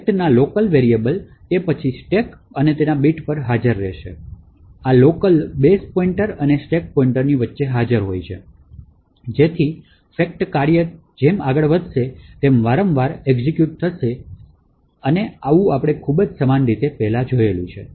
fact ના local તે પછી સ્ટેક અને તેના બીટ પર હાજર હોય છે આ લોકલ બેઝ પોઇંટર અને સ્ટેક પોઇન્ટર વચ્ચે હાજર હોય છે જેમ fact ફંકશન ચાલે છે તેમ તે વારંવાર એક્ષ્ઝિક્યૂટ થશે ખૂબ સમાન રીતે આપણે પહેલા જોઇ લીધું છે